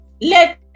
let